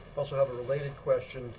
plus, i have a related question